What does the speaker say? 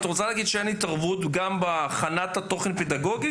את רוצה להגיד שאין התערבות בהכנת התוכן הפדגוגי?